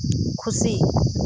ᱠᱷᱩᱥᱤ